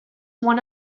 one